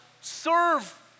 serve